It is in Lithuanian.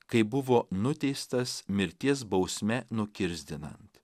kai buvo nuteistas mirties bausme nukirsdinant